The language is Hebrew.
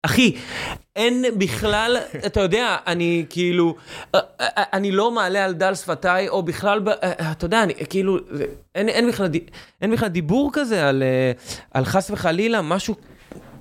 אחי, אין בכלל, אתה יודע, אני כאילו, אני לא מעלה על דל שפתיי, או בכלל, אתה יודע, אני כאילו, אין בכלל דיבור כזה על חס וחלילה, משהו...